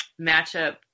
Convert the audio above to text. matchup